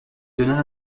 donnerai